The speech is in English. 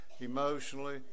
emotionally